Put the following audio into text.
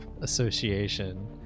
association